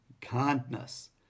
kindness